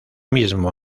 mismo